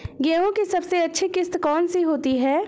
गेहूँ की सबसे अच्छी किश्त कौन सी होती है?